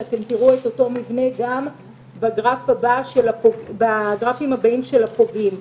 אתם תראו את אותו מבנה גם בגרפים הבאים על הפוגעים.